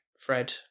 Fred